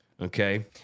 Okay